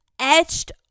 etched